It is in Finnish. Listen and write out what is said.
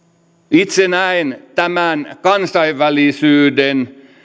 itse näen tämän kansainvälisyyden